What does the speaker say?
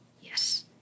Yes